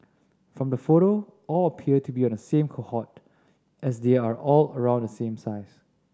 from the photo all appear to be of the same cohort as they are all around the same size